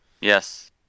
Yes